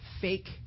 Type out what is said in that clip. fake